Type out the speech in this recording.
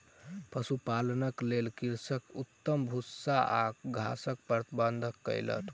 पशुपालनक लेल कृषक उत्तम भूस्सा आ घासक प्रबंध कयलक